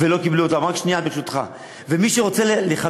ויש להם אישה וילדים, ולא קיבלו אותם.